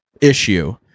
issue